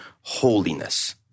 holiness